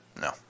No